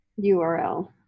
URL